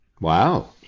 Wow